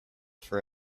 for